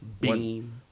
Beam